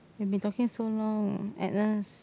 we've been talking so long Agnus